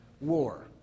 war